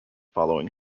following